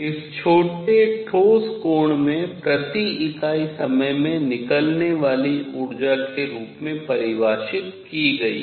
इस छोटे ठोस कोण में प्रति इकाई समय में निकलने वाली ऊर्जा के रूप में परिभाषित की गई है